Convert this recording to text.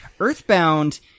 Earthbound